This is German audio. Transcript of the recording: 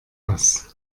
was